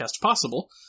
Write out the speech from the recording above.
possible